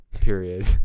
period